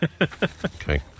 Okay